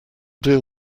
deal